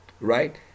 right